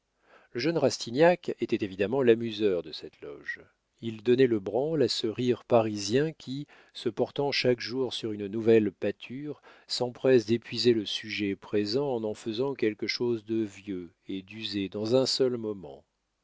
le jeune rastignac était évidemment l'amuseur de cette loge il donnait le branle à ce rire parisien qui se portant chaque jour sur une nouvelle pâture s'empresse d'épuiser le sujet présent en en faisant quelque chose de vieux et d'usé dans un seul moment